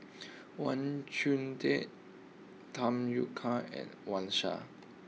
Wang Chunde Tham Yui Kai and Wang Sha